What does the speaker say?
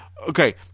Okay